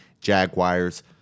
Jaguars